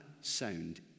sound